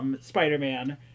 Spider-Man